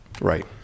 Right